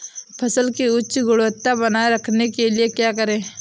फसल की उच्च गुणवत्ता बनाए रखने के लिए क्या करें?